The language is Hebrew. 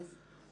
אין נמנעים,